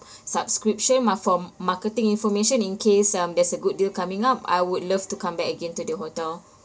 subscription mar~ for marketing information in case um there's a good deal coming up I would love to come back again to the hotel